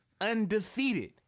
undefeated